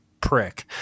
prick